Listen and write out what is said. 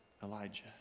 Elijah